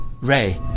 Ray